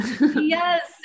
Yes